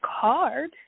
card